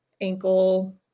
ankle